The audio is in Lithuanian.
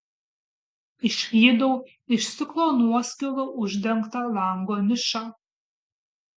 išvydau iš stiklo nuoskilų uždengtą lango nišą